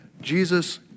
Jesus